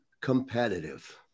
competitive